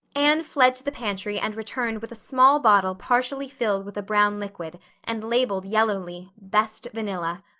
anne fled to the pantry and returned with a small bottle partially filled with a brown liquid and labeled yellowly, best vanilla.